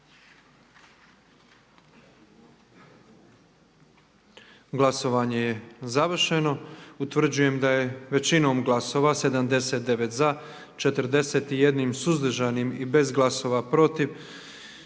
Glasovanje je završeno. Utvrđujem da je većinom glasova za 115, 4 suzdržana i 4 protiv